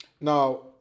Now